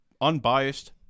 unbiased